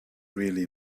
really